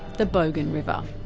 the bogan river.